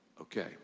okay